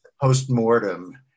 post-mortem